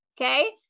Okay